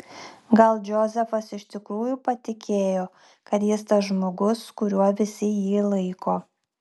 gal džozefas iš tikrųjų patikėjo kad jis tas žmogus kuriuo visi jį laiko